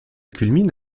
culmine